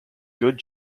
good